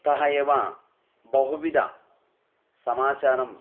तः एव बहुविधसमाचारान्